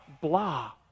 blah